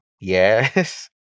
Yes